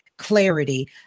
Clarity